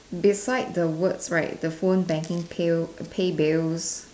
beside the words right the phone banking pill pay bills